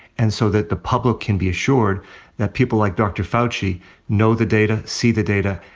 and so that the public can be assured that people like dr. fauci know the data, see the data,